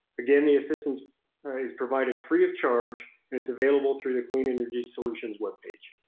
again, the assistance is provided free of charge and it's available through the clean energy solutions webpage.